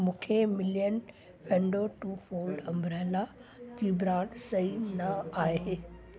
मूंखे मिलियल फंडो टू फोल्ड अम्ब्रेला जी ब्रांड सही न आहे